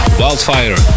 wildfire